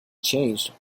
changed